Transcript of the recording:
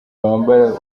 wambara